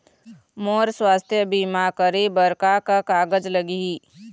मोर स्वस्थ बीमा करे बर का का कागज लगही?